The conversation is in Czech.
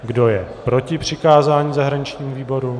Kdo je proti přikázání zahraničnímu výboru?